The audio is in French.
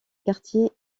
quartier